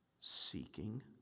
Seeking